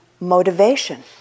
motivation